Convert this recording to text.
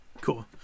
Cool